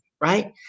right